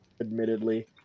admittedly